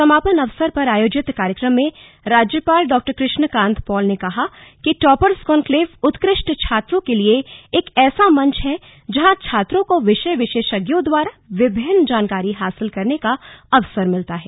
समापन अवसर पर आयोजित कार्यक्रम में राज्यपाल डॉ कृष्ण कांत पाल ने कहा कि टॉपर्स कान्क्लेव उत्कृष्ट छात्रों के लिए एक ऐसा मंच है जहां छात्रों को विषय विशेषज्ञों द्वारा विभिन्न जानकारी हासिल करने का अवसर मिलता है